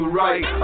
right